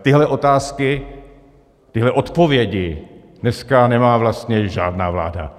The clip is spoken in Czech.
Tyhle otázky, tyhle odpovědi dneska nemá vlastně žádná vláda.